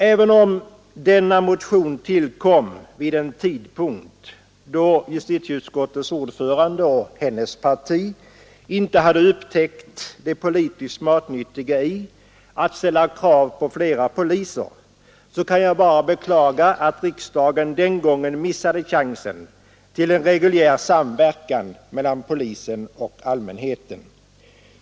Även om nämnda motion tillkom vid en tidpunkt då justitieutskottets ordförande och hennes parti inte hade upptäckt det politiskt matnyttiga i att ställa krav på flera poliser måste jag beklaga att riksdagen den gången missade chansen till en reguljär samverkan mellan polisen och allmänheten.